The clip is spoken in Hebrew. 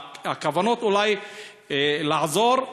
הכוונות הן אולי לעזור,